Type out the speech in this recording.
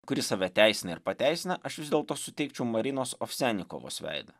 kuri save teisina ir pateisina aš vis dėlto suteikčiau marinos ofsenikovos veidą